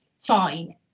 fine